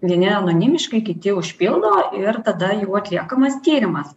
vieni anonimiškai kiti užpildo ir tada jau atliekamas tyrimas